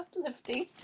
uplifting